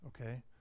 okay